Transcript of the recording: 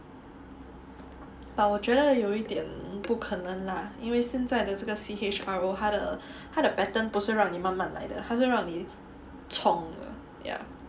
but 我觉得有一点不可能 lah 因为现在的这个 C_H_R_O 他的他的 pattern 不是让你慢慢来的他是让你冲的 ya